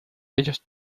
ellos